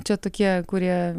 čia tokie kurie